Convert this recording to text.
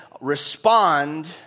respond